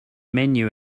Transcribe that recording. menu